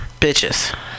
bitches